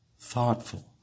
thoughtful